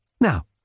Now